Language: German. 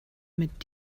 mit